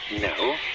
No